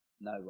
No